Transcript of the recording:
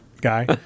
guy